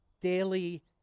Daily